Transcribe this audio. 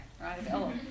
right